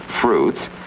fruits